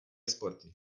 sporty